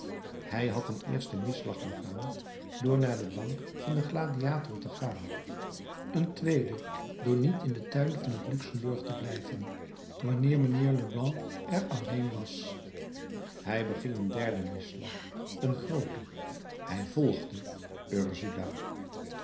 hij had een eersten misslag begaan door naar de bank van den gladiator te gaan een tweeden door niet in den tuin van het luxemburg te blijven wanneer mijnheer leblanc er alleen was hij beging een derden misslag een grooten hij volgde ursula